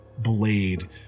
blade